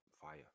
fire